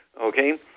Okay